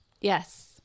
Yes